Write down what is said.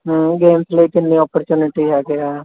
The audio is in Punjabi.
ਹੂੰ ਗੇਮਸ ਲਈ ਕਿੰਨੀ ਅਪੋਰਚਨਿਟੀ ਹੈਗੇ ਆ